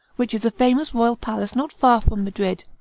which is a famous royal palace not far from madrid,